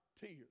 tears